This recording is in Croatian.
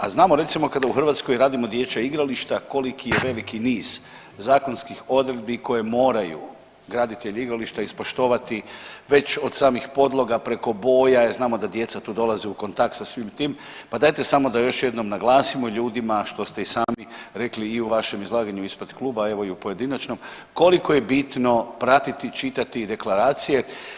A znamo recimo kada u Hrvatskoj radimo dječja igrališta koliki je veliki niz zakonskih odredbi koje moraju graditelji igrališta ispoštovati već od samih podloga, preko boja jer znamo da djeca tu dolaze u kontakt sa svim tim pa dajte samo da još jednom naglasimo ljudima što ste i sami rekli i u vašem izlaganju ispred kluba, a evo i u pojedinačnom koliko je bitno, pratiti, čitati deklaracije.